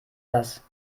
das